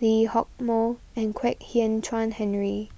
Lee Hock Moh and Kwek Hian Chuan Henry